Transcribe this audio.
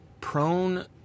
prone